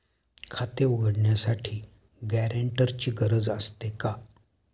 खाते उघडण्यासाठी गॅरेंटरची गरज असते का?